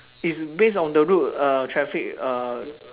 is base on the road uh traffic uh